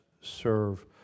serve